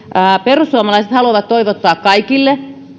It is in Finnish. perussuomalaiset haluavat toivottaa kaikille